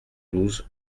douze